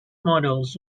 models